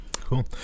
Cool